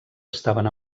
estaven